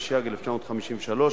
התשי"ג 1953,